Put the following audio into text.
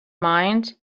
mind